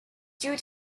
due